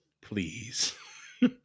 Please